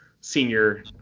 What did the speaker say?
senior